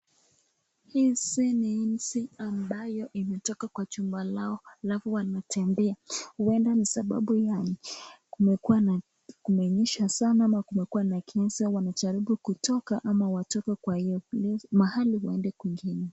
Hizi ni nzi ambayo imetoka kwa chumba lao halafu wanatembea huenda ni sababu ya kumekuwa na, kumenyesha sana ama kumekuwa na kisa wanajaribu kutoka ama watoke kwa io mahali waende kwingine.